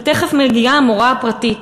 ותכף מגיעה המורה הפרטית.